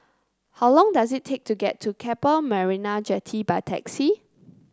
how long does it take to get to Keppel Marina Jetty by taxi